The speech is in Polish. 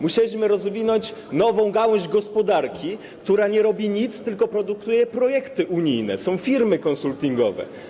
Musieliśmy rozwinąć nową gałąź gospodarki, która nie robi nic, tylko produkuje projekty unijne, są firmy konsultingowe.